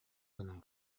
гынан